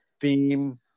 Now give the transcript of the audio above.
theme